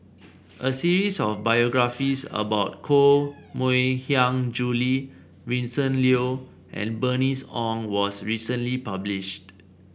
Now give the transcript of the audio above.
a series of biographies about Koh Mui Hiang Julie Vincent Leow and Bernice Ong was recently published